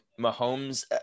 Mahomes –